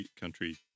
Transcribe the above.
Country